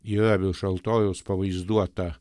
yra virš altoriaus pavaizduota